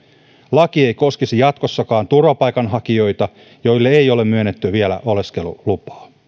laki ei koskisi jatkossakaan turvapaikanhakijoita joille ei ole myönnetty vielä oleskelulupaa